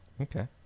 Okay